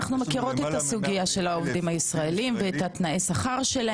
אנחנו מכירים את הסוגיה של העובדים הישראליים ואת תנאי השכר שלהם,